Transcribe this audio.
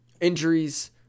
injuries